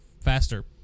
faster